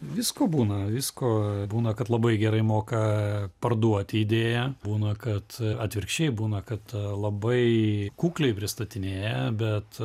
visko būna visko būna kad labai gerai moka parduoti idėją būna kad atvirkščiai būna kad labai kukliai pristatinėja bet